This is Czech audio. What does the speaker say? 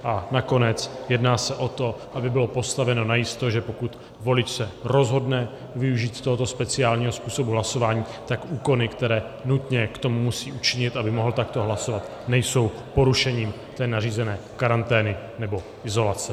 A nakonec se jedná o to, aby bylo postaveno najisto, že pokud se volič rozhodne využít tohoto speciálního způsobu hlasování, tak úkony, které nutně k tomu musí učinit, aby mohl takto hlasovat, nejsou porušením té nařízené karantény nebo izolace.